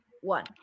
one